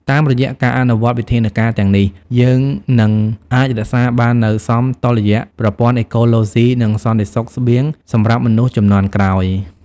តាមរយៈការអនុវត្តវិធានការទាំងនេះ យើងនឹងអាចរក្សាបាននូវសមតុល្យប្រព័ន្ធអេកូឡូស៊ី និងសន្តិសុខស្បៀងសម្រាប់មនុស្សជំនាន់ក្រោយ។